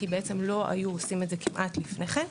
כי כמעט ולא היו עושים את זה לפני כן.